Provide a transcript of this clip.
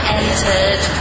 entered